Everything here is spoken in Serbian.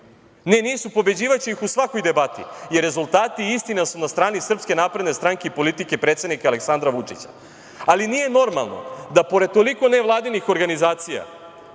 Ne, nisu, pobeđivaće ih u svakoj debati i rezultati i istina su na strani SNS, politike predsednika Aleksandra Vučića. Nije normalno da pored toliko nevladinih organizacija,